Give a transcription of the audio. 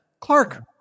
Clark